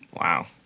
Wow